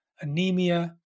anemia